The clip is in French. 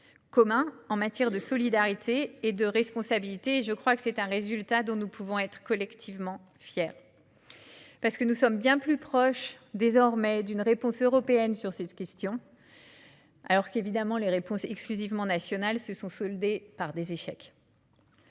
commun en matière de solidarité et de responsabilité. Je pense que c'est un résultat dont nous pouvons collectivement être fiers. Nous sommes bien plus proches désormais d'une réponse européenne sur cette question, alors que les réponses exclusivement nationales se sont évidemment soldées par des échecs.